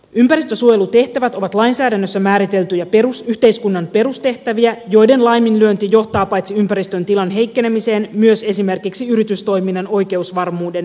ympäristönsuojelutehtävät ovat lainsäädännössä määriteltyjä yhteiskunnan perustehtäviä joiden laiminlyönti johtaa paitsi ympäristön tilan heikkenemiseen myös esimerkiksi yritystoiminnan oikeusvarmuuden vähenemiseen